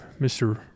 mr